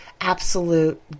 absolute